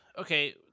Okay